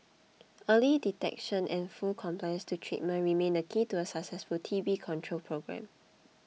early detection and full compliance to treatment remain the key to a successful T B control programme